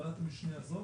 בוועדת המשנה הזו,